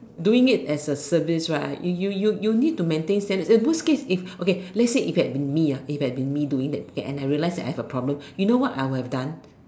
doing it as a service right you you you need to maintain standard in the worst case if okay let's say if it had me ah if it had been me doing that and I realise I have a problem you know what I would have done